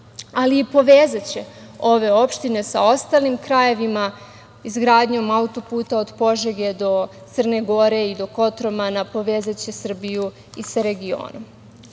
ali i povezaće ove opštine sa ostalim krajevima. Izgradnjom auto-puta od Požege do Crne Gore i do Kotromana, povezaće Srbiju i s regionom. Ono